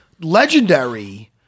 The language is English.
legendary